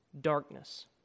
darkness